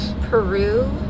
Peru